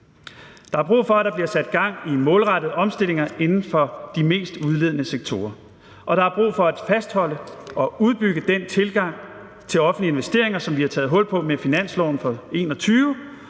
Der er brug for, at der bliver sat gang i målrettede omstillinger inden for de mest udledende sektorer, og der er brug for at fastholde og udbygge den tilgang til offentlige investeringer, som vi har taget hul på med finansloven for 2021,